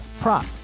prop